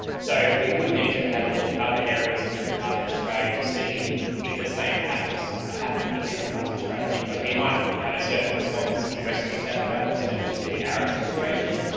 so we would need to have a look at other areas in different parts of australia to see if the same patterns happen in different parts of australia, because we might have a certain response in western new south wales in a particularly arid situation.